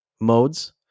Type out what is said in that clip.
modes